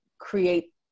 create